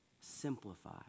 simplify